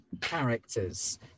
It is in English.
characters